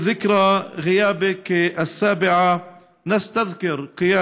(אומר בערבית: ביום השנה השביעי לפטירתו אנו